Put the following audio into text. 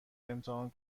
امتحان